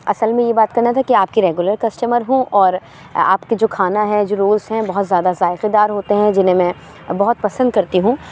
اصل میں یہ بات کرنا تھا کہ آپ کی ریگولر کسٹمر ہوں اور آپ کے جو کھانا ہے جو رولس ہیں بہت زیادہ ذائقے دار ہوتے ہیں جنہیں میں بہت پسند کرتی ہوں